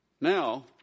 Now